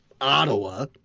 Ottawa